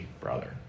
brother